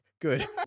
Good